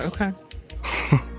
Okay